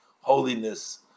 holiness